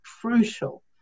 crucial